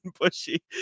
bushy